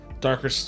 darker